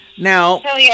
Now